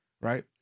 right